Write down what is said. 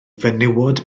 fenywod